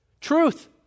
Truth